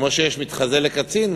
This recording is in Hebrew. כמו שיש מתחזה לקצין,